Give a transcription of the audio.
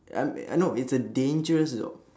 I'm I know it's a dangerous job